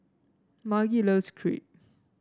Margie loves Crepe